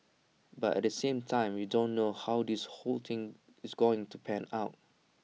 but at the same time we don't know how this whole thing is going to pan out